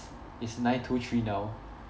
it's nine two three now